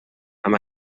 amb